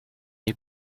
you